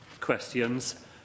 questions